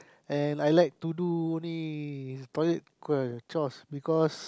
and I like to do only toilet uh chores because